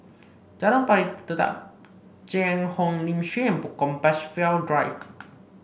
Jalan Pari Dedap Cheang Hong Lim Compassvale Drive